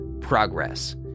progress